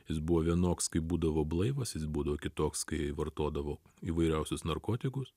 jis buvo vienoks kai būdavo blaivas jis būdavo kitoks kai vartodavo įvairiausius narkotikus